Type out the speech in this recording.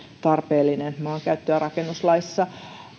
tarpeellinen maankäyttö ja rakennuslaissa